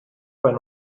went